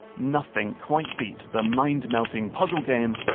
nothing quite beat the mind-melting puzzle game,